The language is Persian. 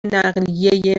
نقلیه